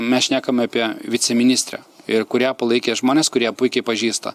mes šnekame apie viceministrę ir kur ją palaikė žmonės kur ją puikiai pažįsta